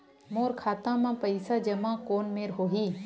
मोर खाता मा पईसा जमा कोन मेर होही?